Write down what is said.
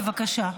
בבקשה.